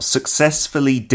Successfully